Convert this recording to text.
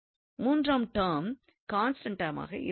மூன்றாவது term constant டெர்மாக இருக்கின்றது